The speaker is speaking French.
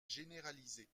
généralisées